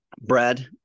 Brad